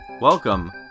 Welcome